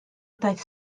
daeth